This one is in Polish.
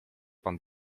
pan